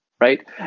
Right